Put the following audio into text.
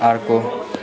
अर्को